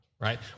right